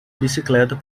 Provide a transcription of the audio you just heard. bicicleta